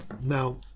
Now